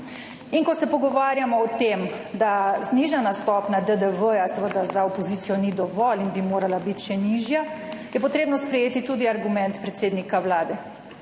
In ko se pogovarjamo o tem, da znižana stopnja DDV seveda za opozicijo ni dovolj in bi morala biti še nižja, je potrebno sprejeti tudi argument predsednika Vlade.